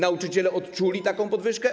Nauczyciele odczuli taką podwyżkę?